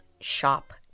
shop